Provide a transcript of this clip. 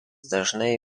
dažnai